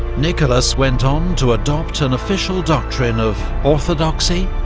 nicholas went on to adopt an official doctrine of orthodoxy,